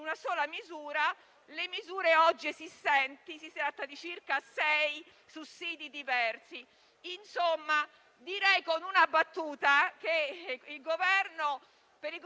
una sola misura, le misure oggi esistenti. Si tratta di circa sei sussidi diversi. Insomma, con una battuta direi che per il